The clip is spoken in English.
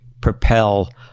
propel